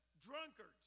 drunkards